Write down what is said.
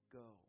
go